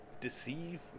deceive